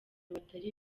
batari